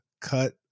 cut